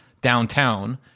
downtown